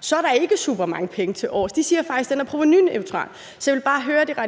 så er der ikke supermange penge tilovers. De siger faktisk, at den er provenuneutral. Så jeg vil bare høre Det